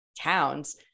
towns